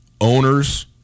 owners